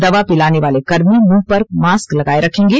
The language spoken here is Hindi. दवा पिलाने वाले कर्मी मुंह पर मास्क लगाए रखेंगे